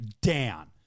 down